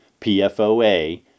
PFOA